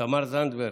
תמר זנדברג,